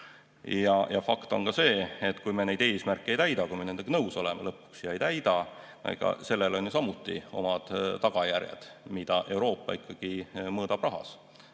Fakt on ka see, et kui me neid eesmärke ei täida, kui me nendega oleme lõpuks nõus, aga neid ei täida, siis sellel on samuti omad tagajärjed, mida Euroopa ikkagi mõõdab rahas.